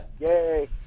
Yay